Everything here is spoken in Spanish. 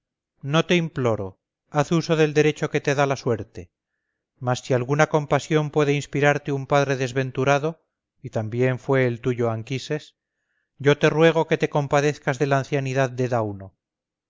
no te imploro haz uso del derecho que te da la suerte mas si alguna compasión puede inspirarte un padre desventurado y también fue el tuyo anquises yo te ruego que te compadezcas de la ancianidad de dauno devuélveme a los